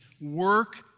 work